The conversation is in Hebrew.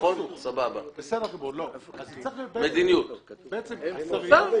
ההחלטה צריכה להיות ברמה של השרים.